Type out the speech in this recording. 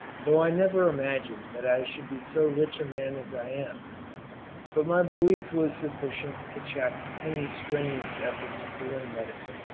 though i never imagined that i should be so rich a man as i am but my belief was sufficient to check any strenuous efforts to learn medicine.